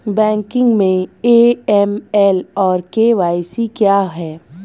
Banking में AML और KYC क्या हैं?